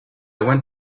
went